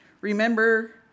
Remember